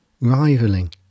rivaling